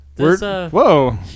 Whoa